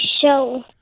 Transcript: show